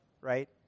right